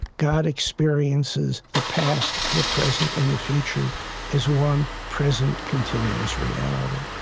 god experiences the past, the present, and the future as one present continuous reality.